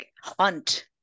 hunt